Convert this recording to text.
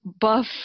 buff